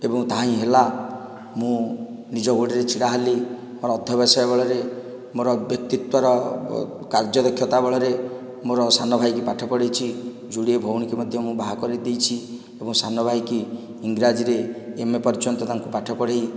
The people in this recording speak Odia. ଏବଂ ତାହା ହିଁ ହେଲା ମୁଁ ନିଜ ଗୋଡ଼ରେ ଛିଡ଼ା ହେଲି ମୋର ଅଧ୍ୟବସାୟ ବଳରେ ମୋର ବ୍ୟକ୍ତିତ୍ୱର କାର୍ଯ୍ୟ ଦକ୍ଷତା ବଳରେ ମୋର ସାନ ଭାଇକୁ ପାଠ ପଢ଼ାଇଛି ଯୋଡ଼ିଏ ଭଉଣୀଙ୍କୁ ମଧ୍ୟ ମୁଁ ବାହା କରାଇଦେଇଛି ଏବଂ ସାନ ଭାଇକୁ ଇଂରାଜୀରେ ଏମ୍ଏ ପର୍ଯ୍ୟନ୍ତ ତାଙ୍କୁ ପାଠ ପଢ଼ାଇ